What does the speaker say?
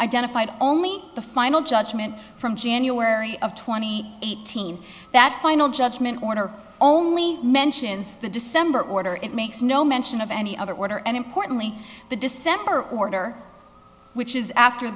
identified only the final judgment from january of twenty eighteen that final judgment order only mentions the december order it makes no mention of any other order and importantly the december order which is after